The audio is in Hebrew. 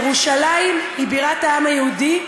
ירושלים היא בירת העם היהודי,